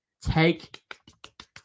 Take